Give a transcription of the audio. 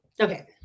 Okay